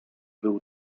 był